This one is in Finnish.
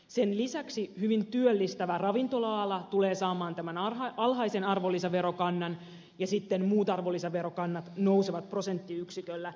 sen lisäksi hyvin työllistävä ravintola ala tulee saamaan tämän alhaisen arvonlisäverokannan ja sitten muut arvonlisäverokannat nousevat prosenttiyksiköllä